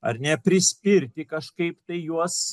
ar ne prispirti kažkaip tai juos